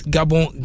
Gabon